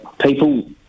people